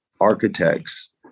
Architects